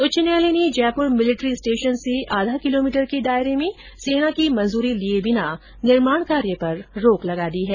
उच्च न्यायालय ने जयपुर मिलिट्री स्टेशन से आधा किलोमीटर के दायरे में सेना की मंजूरी लिये बिना निर्माण कार्य पर रोक लगा दी है